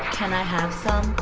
can i have some?